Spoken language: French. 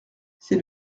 c’est